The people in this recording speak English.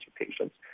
patients